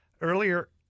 earlier